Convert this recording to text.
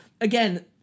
again